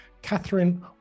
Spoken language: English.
Catherine